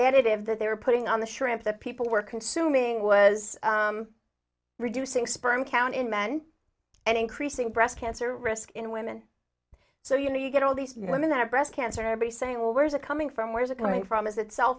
additive that they were putting on the shrimp that people were consuming was reducing sperm count in men and increasing breast cancer risk in women so you know you get all these women that breast cancer be saying well where's it coming from where's it coming from is that cell